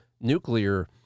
nuclear